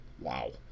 Wow